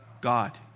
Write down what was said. God